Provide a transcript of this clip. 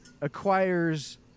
acquires